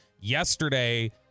Yesterday